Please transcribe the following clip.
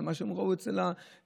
מה שהם ראו אצל האימא,